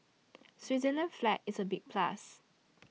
Switzerland's flag is a big plus